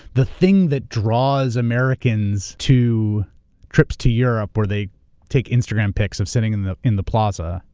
the thing that draws americans to trips to europe where they take instagram pics of sitting in the in the plaza,